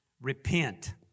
repent